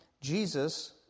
Jesus